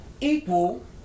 equal